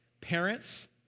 Parents